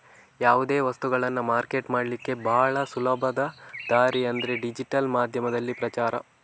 ಯಾವುದೇ ವಸ್ತವನ್ನ ಮಾರ್ಕೆಟ್ ಮಾಡ್ಲಿಕ್ಕೆ ಭಾಳ ಸುಲಭದ ದಾರಿ ಅಂದ್ರೆ ಡಿಜಿಟಲ್ ಮಾಧ್ಯಮದಲ್ಲಿ ಪ್ರಚಾರ